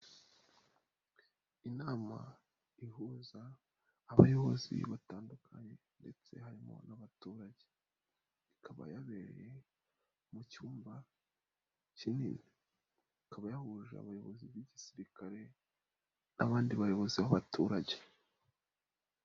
Inama ihuza abayobozi batandukanye ndetse harimo n'abaturage. Ikaba yabereye mu cyumba kinini. Ikaba yahuje abayobozi b'igisirikare n'abandi bayobozi b'abaturage.